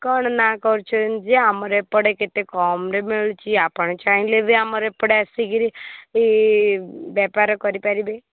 କ'ଣ ନା କରୁଛନ୍ତି ଯେ ଆମର ଏପଟେ କେତେ କମ୍ରେ ମିଳୁଛି ଆପଣ ଚାହିଁଲେ ବି ଆମର ଏପଟେ ଆସିକରି ବେପାର କରିପାରିବେ